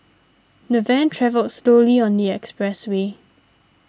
the van travelled slowly on the expressway